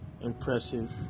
impressive